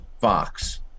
Fox